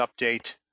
update